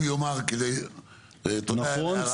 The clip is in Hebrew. נכון,